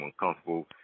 uncomfortable